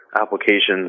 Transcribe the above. applications